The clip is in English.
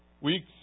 weeks